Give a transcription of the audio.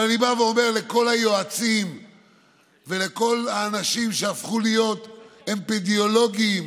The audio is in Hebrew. אבל אני אומר לכל היועצים ולכל האנשים שהפכו להיות אפידמיולוגים